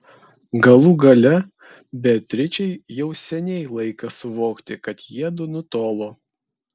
galų gale beatričei jau seniai laikas suvokti kad jiedu nutolo